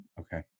Okay